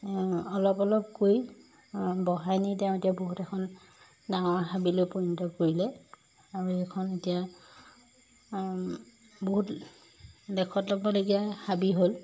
অলপ অলপকৈ বঢ়াই নি তেওঁ এতিয়া বহুত এখন ডাঙৰ হাবিলৈ পৰিণত কৰিলে আৰু সেইখন এতিয়া বহুত লেখত ল'বলগীয়া হাবি হ'ল